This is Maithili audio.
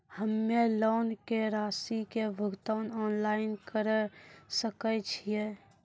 हम्मे लोन के रासि के भुगतान ऑनलाइन करे सकय छियै?